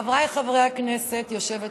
חבריי חברי הכנסת, היושבת-ראש,